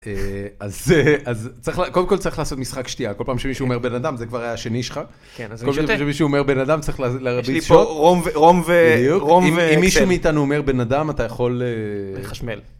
אז קודם כל צריך לעשות משחק שתייה, כל פעם שמישהו אומר בן אדם ,זה כבר היה שני שלך, כל פעם שמישהו אומר בן אדם צריך להרביץ שוט, רום וקצל, אם מישהו מאיתנו אומר בן אדם אתה יכול... לחשמל